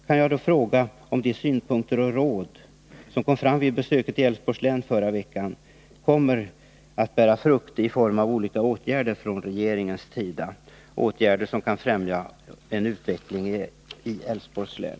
Kan jag då fråga om de synpunkter och råd som kom fram vid besöket i Älvsborgs län förra veckan kommer att bära frukt i form av olika åtgärder från regeringens sida, åtgärder som kan främja en positiv utveckling i Älvsborgs län?